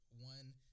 one